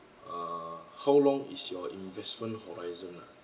err how long is your investment horizon lah